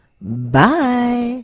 Bye